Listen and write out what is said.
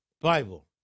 Bible